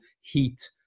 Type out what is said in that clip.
heat